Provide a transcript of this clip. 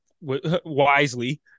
wisely